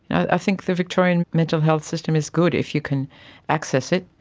i think the victorian mental health system is good, if you can access it.